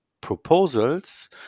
Proposals